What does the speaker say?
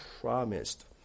promised